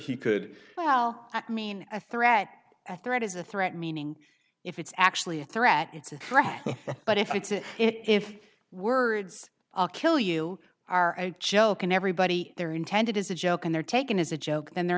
he could well mean a threat a threat is a threat meaning if it's actually a threat it's a threat but if it's a if words kill you are a joke and everybody there intended is a joke and they're taken as a joke and they're